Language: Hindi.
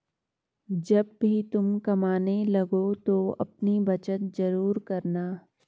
जब भी तुम कमाने लगो तो अपनी बचत जरूर करना